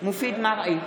מופיד מרעי,